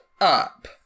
up